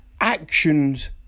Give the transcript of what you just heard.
actions